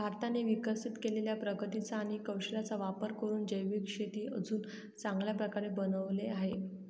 भारताने विकसित केलेल्या प्रगतीचा आणि कौशल्याचा वापर करून जैविक शेतीस अजून चांगल्या प्रकारे बनवले आहे